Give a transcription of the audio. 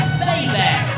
baby